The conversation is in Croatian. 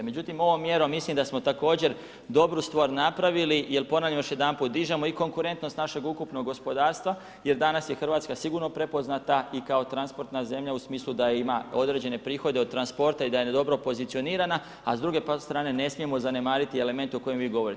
Međutim, ovom mjerom mislim da smo također dobru stvar napravili, jel ponavljam još jedanput, dižemo i konkurentnost našeg ukupnog gospodarstva jer danas je RH sigurno prepoznata i kao transportna zemlja u smislu da ima određene prihode od transporta i da je dobro pozicionirana, a s druge pak strane ne smijemo zanemariti elemente o kojima vi govorite.